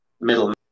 middle